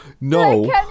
no